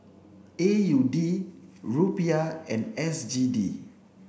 A U D Rupiah and S G D